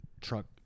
truck